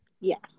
Yes